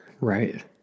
right